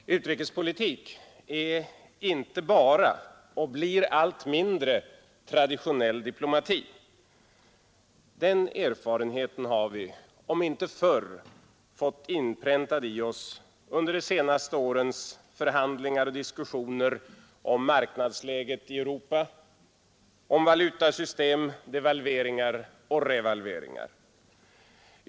Herr talman! Utrikespolitik är inte bara — och blir det allt mindre — traditionell diplomati. Den erfarenheten har vi — om inte förr — fått inpräntad i oss under de senaste årens förhandlingar och diskussioner om marknadsläget i Europa, om valutasystem, devalveringar och revalveringar.